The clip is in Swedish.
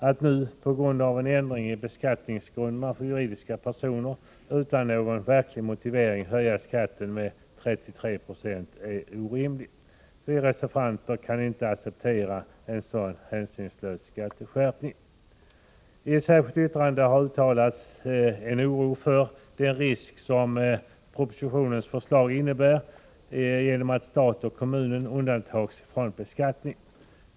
Att nu — på grund av en ändring i beskattningsgrunderna för juridiska personer — utan någon verklig motivering höja skatten med 33 2 är orimligt. Vi reservanter kan inte acceptera en sådan hänsynslös skatteskärpning. I ett särskilt yttrande har uttalats oro för den risk som propositionens förslag innebär, därigenom att stat och kommun undantas från beskattning.